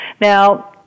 Now